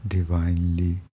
Divinely